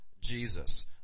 Jesus